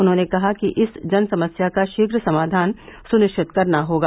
उन्होंने कहा कि इस जनसमस्या का शीघ्र समाधान सुनिश्चित करना होगा